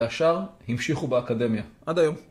השאר, המשיכו באקדמיה. עד היום.